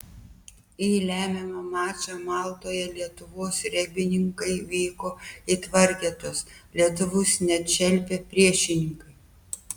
į lemiamą mačą maltoje lietuvos regbininkai vyko it vargetos lietuvius net šelpė priešininkai